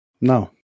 No